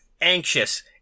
anxious